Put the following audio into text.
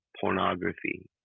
pornography